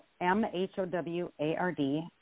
m-h-o-w-a-r-d